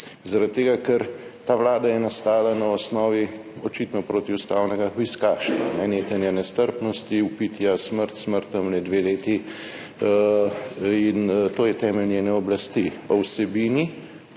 tega, ker ta Vlada je nastala na osnovi očitno protiustavnega hujskaštva. Netenja nestrpnosti, vpitja, smrt, smrt tiste dve leti in to je temelj njene oblasti. O vsebini,